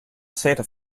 santa